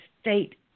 state